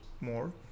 more